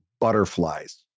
butterflies